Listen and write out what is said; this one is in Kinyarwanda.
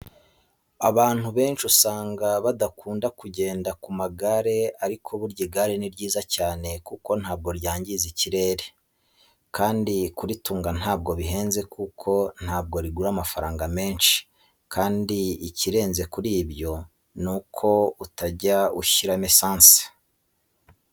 Abantu benshi usanga badakunda kugenda ku magare ariko burya igare ni ryiza cyane kuko ntabwo ryangiza ikirere kandi kuritunga ntabwo bihenze kuko ntabwo rigura amafaranga menshi kandi ikirenze kuri ibyo ni uko iyo utajya ushyiramo esanse.